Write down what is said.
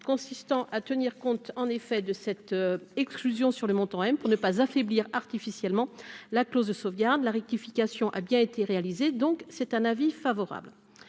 consistant à tenir compte en effet de cette exclusion sur le montant, pour ne pas affaiblir artificiellement la clause de sauvegarde la rectification a bien été réalisé, donc c'est un avis favorable